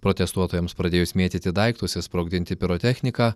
protestuotojams pradėjus mėtyti daiktus ir sprogdinti pirotechniką